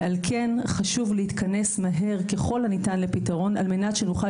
ועל כן חשוב להתכנס מהר ככל הניתן לפתרון על מנת שנוכל